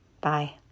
Bye